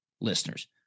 listeners